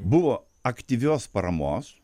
buvo aktyvios paramos